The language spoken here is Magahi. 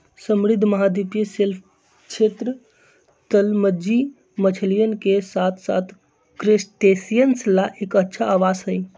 समृद्ध महाद्वीपीय शेल्फ क्षेत्र, तलमज्जी मछलियन के साथसाथ क्रस्टेशियंस ला एक अच्छा आवास हई